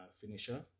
finisher